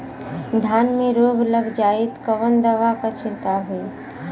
धान में रोग लग जाईत कवन दवा क छिड़काव होई?